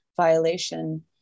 violation